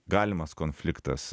galimas konfliktas